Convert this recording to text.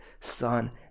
son